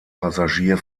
passagier